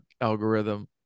algorithm